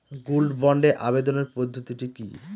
Gold বন্ডে আবেদনের পদ্ধতিটি কি?